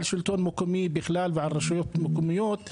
שלטון מקומי בכלל ועל רשויות מקומיות,